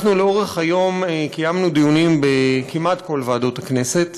אנחנו לאורך היום קיימנו דיונים כמעט בכל ועדות הכנסת.